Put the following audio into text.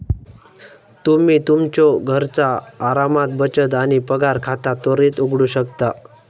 तुम्ही तुमच्यो घरचा आरामात बचत आणि पगार खाता त्वरित उघडू शकता